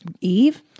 eve